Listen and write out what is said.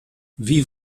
wie